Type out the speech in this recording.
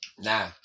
Now